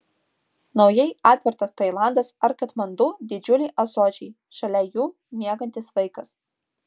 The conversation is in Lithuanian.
naujai atvertas tailandas ar katmandu didžiuliai ąsočiai šalia jų miegantis vaikas